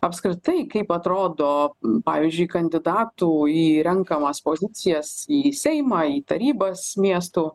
apskritai kaip atrodo pavyzdžiui kandidatų į renkamas pozicijas į seimą į tarybas miestų